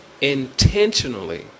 intentionally